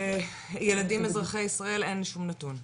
וילדים אזרחי ישראל - אין שום נתון.